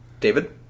David